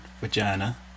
vagina